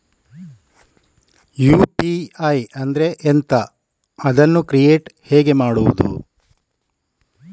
UPI ಅಂದ್ರೆ ಎಂಥ? ಅದನ್ನು ಕ್ರಿಯೇಟ್ ಹೇಗೆ ಮಾಡುವುದು?